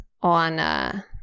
on